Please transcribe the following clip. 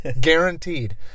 Guaranteed